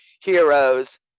heroes